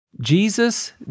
Jesus